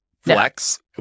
flex